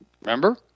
Remember